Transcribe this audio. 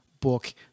book